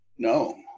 No